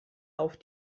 auf